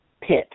pit